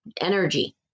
energy